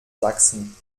sachsen